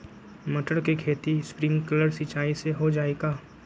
मटर के खेती स्प्रिंकलर सिंचाई से हो जाई का?